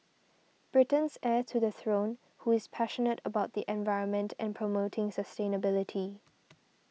Britain's heir to the throne who is passionate about the environment and promoting sustainability